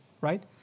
Right